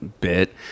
bit